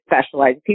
specialize